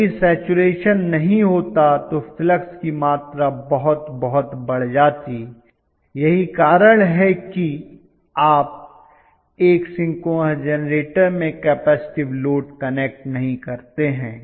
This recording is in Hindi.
यदि सैचरेशन नहीं होता तो फ्लक्स की मात्रा बहुत बहुत बढ़ जाती यही कारण है कि आप एक सिंक्रोनस जेनरेटर में कपेसिटिव लोड कनेक्ट नहीं करते हैं